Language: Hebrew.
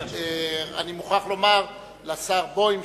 אני מוכרח לומר לשר בוים,